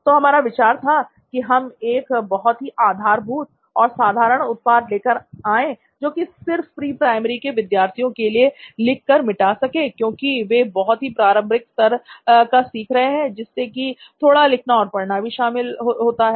तो हमारा विचार था कि हम एक बहुत ही आधारभूत और साधारण उत्पाद लेकर आएं जोकि सिर्फ प्री प्राइमरी के विद्यार्थियों के लिए लिख कर मिटा सके क्योंकि वे बहुत ही प्रारंभिक स्तर का सीख रहे होते हैं जिसमें की थोड़ा लिखना और पढ़ना ही शामिल होता है